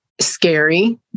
Scary